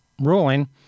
ruling